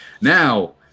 now